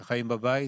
שחיים בבית.